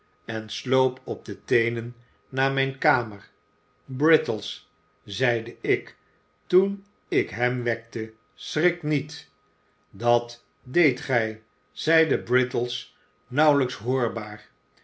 en sloop op de teenen naar zijn kamer brittles zeide ik toen ik hem wekte schrik niet gij zeide brittles nauwelijks het